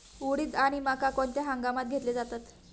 उडीद आणि मका कोणत्या हंगामात घेतले जातात?